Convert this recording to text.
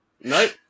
Nope